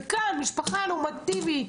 כאן משפחה נורמטיבית,